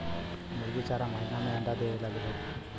मुरगी चार महिना में अंडा देवे लगेले